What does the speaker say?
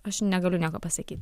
aš negaliu nieko pasakyti